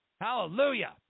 Hallelujah